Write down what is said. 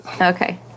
Okay